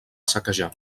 saquejar